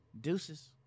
Deuces